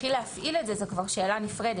יתחיל להפעיל את זה זו כבר שאלה נפרדת,